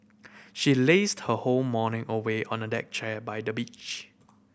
she lazed her whole morning away on a deck chair by the beach